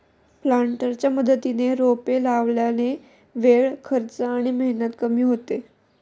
प्लांटरच्या मदतीने रोपे लावल्याने वेळ, खर्च आणि मेहनत कमी होते